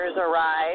arrive